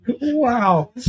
Wow